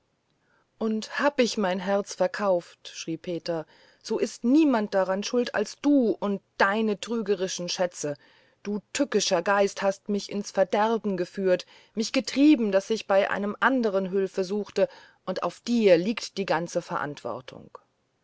und hab ich mein herz verkauft schrie peter so ist niemand daran schuld als du und deine betrügerische schätze du tückischer geist hast mich ins verderben geführt mich getrieben daß ich bei einem andern hülfe suchte und auf dir liegt die ganze verantwortung